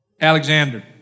Alexander